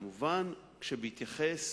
כמובן, בהתייחס